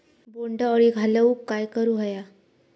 बोंड अळी घालवूक काय करू व्हया?